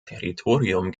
territorium